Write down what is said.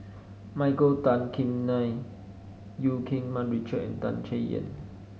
Michael Tan Kim Nei Eu Keng Mun Richard and Tan Chay Yan